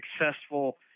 successful